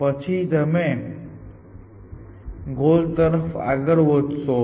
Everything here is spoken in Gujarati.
પછી તમે ગોલ તરફ આગળ વધો છો